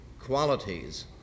qualities